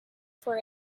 for